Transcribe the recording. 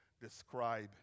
describe